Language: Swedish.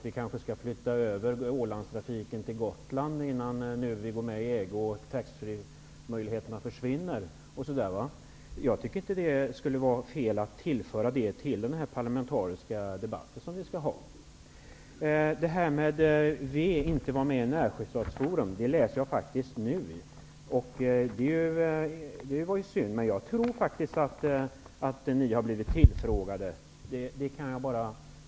Vi kanske skall flytta över Ålandstrafiken till Gotland innan vi går med i EG och taxfreemöjligheterna försvinner. Det är inte fel att tillföra detta till den parlamentariska debatt som vi skall föra. Att Vänsterpartiet inte var med i Närsjöfartsforum är någonting som jag först nu har sett. Det var ju synd. Jag tror faktiskt att ni har blivit tillfrågade.